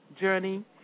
journey